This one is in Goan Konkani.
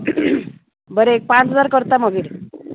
बरें एक पांच हजार करता मगीर